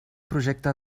projecte